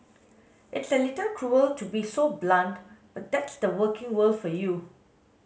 it's a little cruel to be so blunt but that's the working world for you